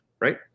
right